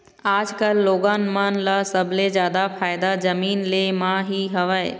आजकल लोगन मन ल सबले जादा फायदा जमीन ले म ही हवय